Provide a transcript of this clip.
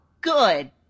Good